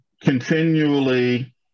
continually